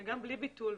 זה גם בלי ביטול.